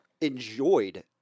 enjoyed